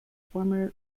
former